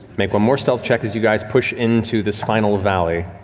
make one more stealth check as you guys push in to this final valley.